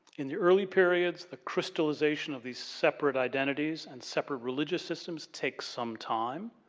in the early periods the crystallization of these separate identities and separate religious systems takes some time.